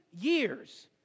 years